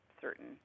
certain